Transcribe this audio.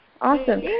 awesome